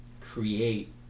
create